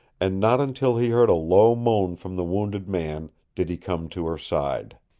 and not until he heard a low moan from the wounded man did he come to her side.